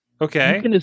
Okay